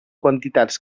quantitats